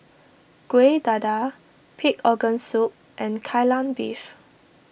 Kueh Dadar Pig Organ Soup and Kai Lan Beef